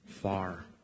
Far